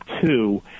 two